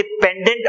dependent